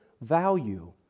value